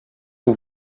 aux